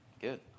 good